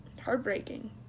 heartbreaking